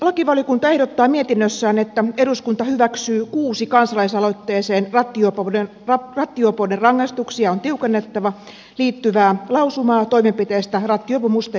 lakivaliokunta ehdottaa mietinnössään että eduskunta hyväksyy kuusi kansalaisaloitteeseen rattijuoppouden rangaistuksia on tiukennettava liittyvää lausumaa toimenpiteistä rattijuopumusten ehkäisemiseksi